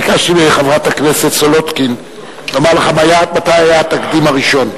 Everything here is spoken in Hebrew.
ביקשתי מחברת הכנסת סולודקין לומר לך מתי היה התקדים הראשון.